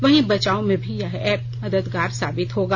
वहीं बचाव में भी यह एप मददगार साबित होगी